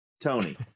Tony